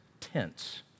tense